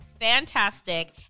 fantastic